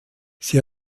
sie